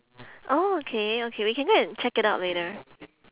oh okay okay we can go and check it out later